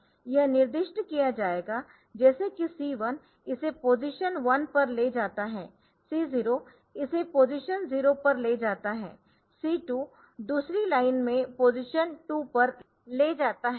यह निर्दिष्ट किया जाएगा जैसे कि C1 इसे पोजीशन 1 पर ले जाता है C0 इसे पोजीशन 0 पर ले जाता है C2 इसे दूसरी लाइनमें पोजीशन 2 पर ले जाता है